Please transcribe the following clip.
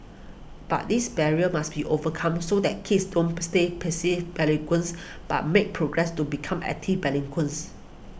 but this barrier must be overcome so that kids don't stay passive bilinguals but make progress to become active bilinguals